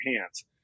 hands